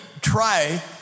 try